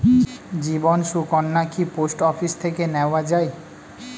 জীবন সুকন্যা কি post office থেকে নেওয়া যায়?